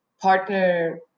partner